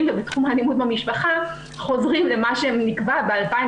ובתחום האלימות במשפחה חוזרים למה שנקבע ב-2017.